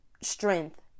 strength